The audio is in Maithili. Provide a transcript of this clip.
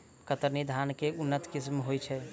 कतरनी धान केँ के उन्नत किसिम होइ छैय?